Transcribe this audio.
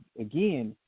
Again